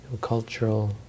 cultural